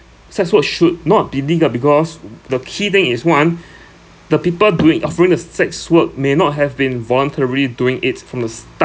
sex work should not be legal because the key thing is one the people doing offering the sex work may not have been voluntarily doing it from the start